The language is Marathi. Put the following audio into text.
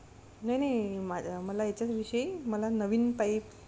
नाही नाही माझा मला याच्याचविषयी मला नवीन पाईप